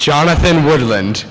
jonathan woodland